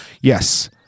Yes